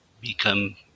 become